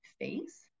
face